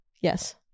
Yes